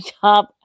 job